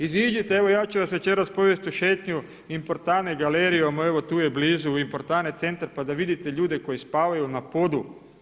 Iziđite, evo ja ću vas večeras povesti u šetnju Importane galerijom evo tu je blizu, Importane centrom pa da vidite ljude koji spavaju na podu.